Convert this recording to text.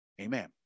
amen